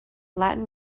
latin